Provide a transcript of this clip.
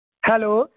hello